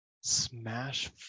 Smash